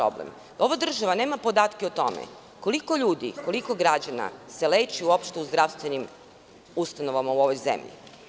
Ova država nema podatke o tome koliko ljudi, koliko građana se uopšte leči u zdravstvenim ustanovama u ovoj zemlji.